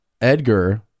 Edgar